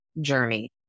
journey